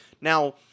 Now